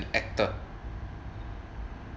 actor